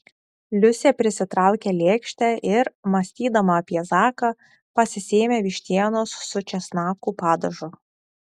liusė prisitraukė lėkštę ir mąstydama apie zaką pasisėmė vištienos su česnakų padažu